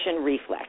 reflex